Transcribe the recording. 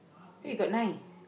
hey you got nine